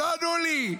לא ענו לי,